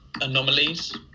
anomalies